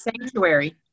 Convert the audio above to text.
sanctuary